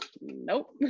nope